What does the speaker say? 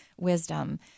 wisdom